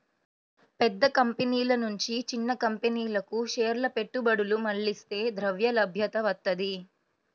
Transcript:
పెద్ద కంపెనీల నుంచి చిన్న కంపెనీలకు షేర్ల పెట్టుబడులు మళ్లిస్తే ద్రవ్యలభ్యత వత్తది